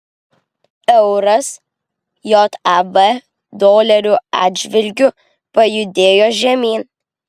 euras jav dolerio atžvilgiu pajudėjo žemyn